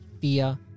fear